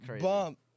Bump